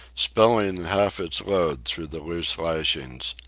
spilling half its load through the loose lashings.